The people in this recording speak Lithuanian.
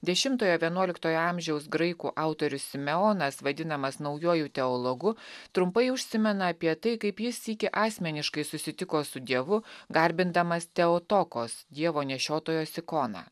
dešimtojo vienuoliktojo amžiaus graikų autorius simeonas vadinamas naujuoju teologu trumpai užsimena apie tai kaip jis sykį asmeniškai susitiko su dievu garbindamas theotokos dievo nešiotojos ikoną